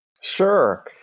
Sure